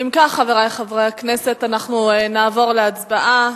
אם כך, חברי חברי הכנסת, נעבור להצבעה.